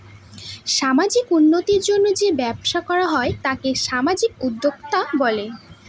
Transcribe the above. সামাজিক উন্নতির জন্য যেই ব্যবসা করা হয় তাকে সামাজিক উদ্যোক্তা বলে